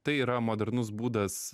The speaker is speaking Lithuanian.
tai yra modernus būdas